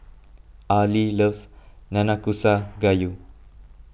Arley loves Nanakusa Gayu